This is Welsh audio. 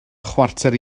chwarter